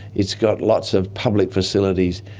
it's got lots of public facilities,